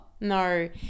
no